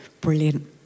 Brilliant